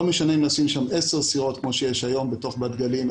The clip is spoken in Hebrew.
לא משנה אם יהיו שם עשר סירות כמו שיש היום בתוך בת גלים,